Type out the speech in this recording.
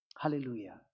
Hallelujah